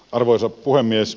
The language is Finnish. arvoisa puhemies